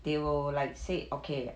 they will like say okay